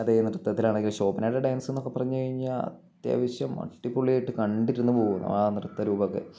അതേ നൃത്തത്തിലാണെങ്കിൽ ശോഭനയുടെ ഡാൻസെന്നൊക്കെ പറഞ്ഞുകഴിഞ്ഞാല് അത്യാവശ്യം അടിപൊളിയായിട്ട് കണ്ടിരുന്നു പോകുമത് ആ നൃത്തരൂപമൊക്കെ